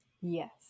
yes